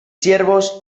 siervos